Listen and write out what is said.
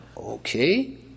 Okay